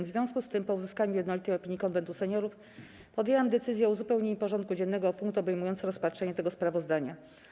W związku z tym, po uzyskaniu jednolitej opinii Konwentu Seniorów, podjęłam decyzję o uzupełnieniu porządku dziennego o punkt obejmujący rozpatrzenie tego sprawozdania.